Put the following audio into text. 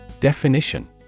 Definition